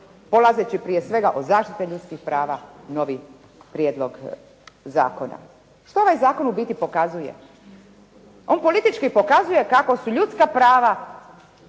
polazeći prije svega od zaštite ljudskih prava novi prijedlog zakona. Što ovaj zakon u biti pokazuje? On politički pokazuje kako su ljudska prava,